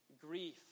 grief